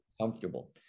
comfortable